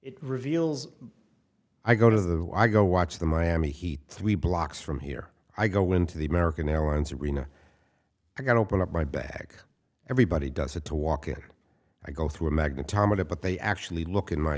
it reveals i go to the i go watch the miami heat three blocks from here i go into the american airlines arena i get open up my back everybody does it to walk in i go through a magnetometer but they actually look in my